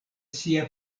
sia